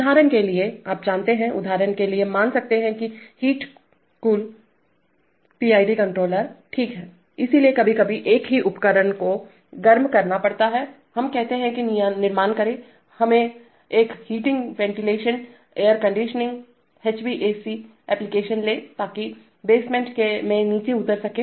उदाहरण के लिए आप जानते हैं उदाहरण के लिए मान सकते हैं कि हीट कूल पीआईडी कंट्रोलर ठीक हैं इसलिए कभी कभी एक ही उपकरण को गर्म करना पड़ता है हम कहते हैं कि निर्माण करें हमें एक heating ventilation air conditioning HVAC application लें ताकि बेसमेंट में नीचे उतर सकें